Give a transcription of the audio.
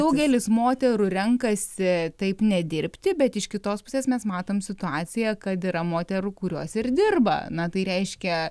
daugelis moterų renkasi taip nedirbti bet iš kitos pusės mes matom situaciją kad yra moterų kurios ir dirba na tai reiškia